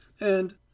And